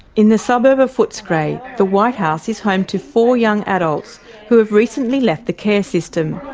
in the suburb of footscray, the whitehouse is home to four young adults who have recently left the care system.